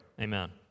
amen